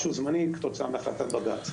משהו זמני כתוצאה מהחלטת בג"ץ.